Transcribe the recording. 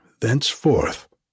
thenceforth